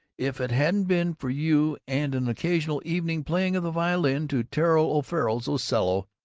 if it hadn't been for you and an occasional evening playing the violin to terrill o'farrell's cello,